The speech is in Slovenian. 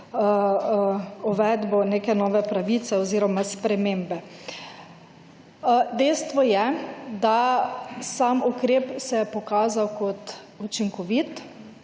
uvedbo neke nove pravice oziroma spremembe. Dejstvo je, da sam ukrep se je pokazal kot učinkovit.